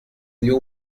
dió